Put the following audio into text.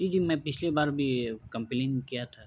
جی جی میں پچھلے بار بھی کمپلین کیا تھا